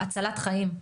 הצלת חיים,